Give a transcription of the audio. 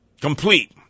complete